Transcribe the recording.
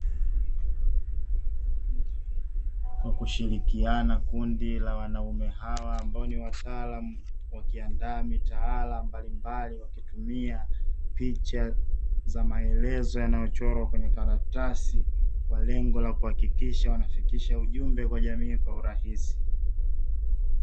Kwa kushirikiana kundi la wanaume hawa ambao ni wataalamu, wakiandaa mitaala mbalimbali wakitumia picha za maelezo yanayochorwa kwenye karatasi kwa lengo la kuhakikisha wanafikisha ujumbe kwa jamii kwa urahisi.